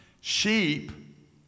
sheep